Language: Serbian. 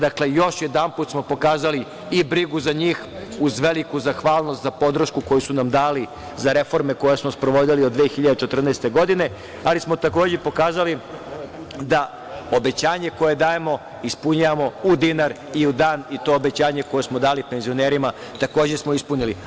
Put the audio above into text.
Dakle, još jedanput smo pokazali i brigu za njih uz veliku zahvalnost za podršku koju su nam dali za reforme koje smo sprovodili od 2014. godine, ali smo takođe pokazali da obećanje koje dajemo ispunjavamo u dinar i u dan i to obećanje koje smo dali penzionerima takođe smo ispunili.